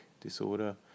disorder